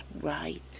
right